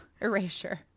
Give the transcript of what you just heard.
erasure